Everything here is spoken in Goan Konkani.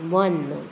वन्न